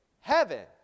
heaven